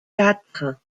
quatre